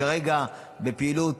כרגע פעילות,